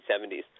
1970s